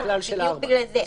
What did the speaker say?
בדיוק בגלל זה,